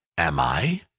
am i?